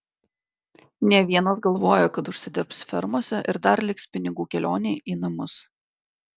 ne vienas galvojo kad užsidirbs fermose ir dar liks pinigų kelionei į namus